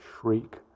shriek